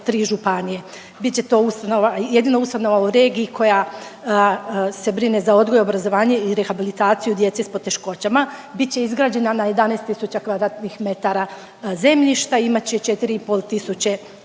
županije. Bit će to ustanova, jedina ustanova u regiji koja se brine za odgoj i obrazovanje i rehabilitaciju djece s poteškoćama. Bit će izgrađena na 11 tisuća m2 zemljišta i imat će 4 i